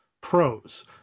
pros